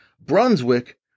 Brunswick